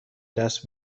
دست